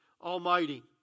Almighty